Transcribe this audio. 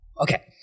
Okay